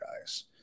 guys